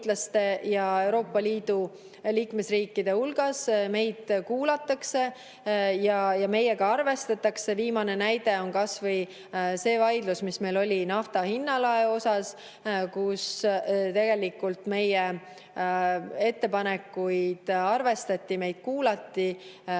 ja Euroopa Liidu liikmesriikide hulgas. Meid kuulatakse ja meiega arvestatakse. Viimane näide on kasvõi see vaidlus, mis meil oli nafta hinnalae osas, kui meie ettepanekuid arvestati ja meid kuulati.